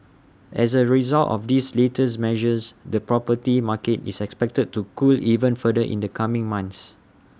as A result of these latest measures the property market is expected to cool even further in the coming months